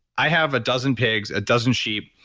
i have a dozen pigs, a dozen sheep,